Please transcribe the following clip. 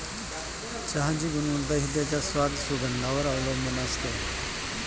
चहाची गुणवत्ता हि त्याच्या स्वाद, सुगंधावर वर अवलंबुन असते